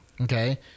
Okay